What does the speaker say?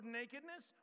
nakedness